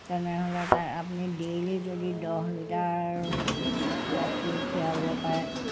তেনেহ'লে তাৰ আপুনি ডেইলি যদি দহ লিটাৰ গাখীৰ খীৰাব পাৰে